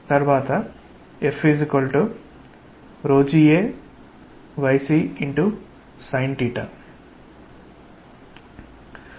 తర్వాతFgAyc Sin